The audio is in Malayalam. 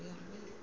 അറിയാൻ വയ്യ